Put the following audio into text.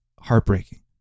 heartbreaking